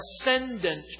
ascendant